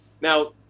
Now